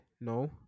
No